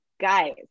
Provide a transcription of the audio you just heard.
Guys